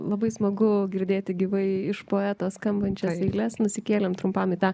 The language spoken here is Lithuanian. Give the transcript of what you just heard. labai smagu girdėti gyvai iš poeto skambančias eiles nusikėlėm trumpam į tą